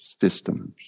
systems